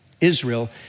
Israel